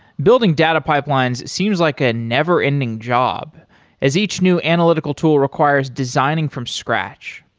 building data pipelines seems like a never ending job as each new analytical tool requires designing from scratch.